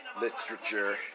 literature